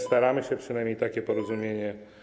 Staramy się przynajmniej takie porozumienie.